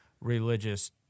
religious